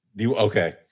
Okay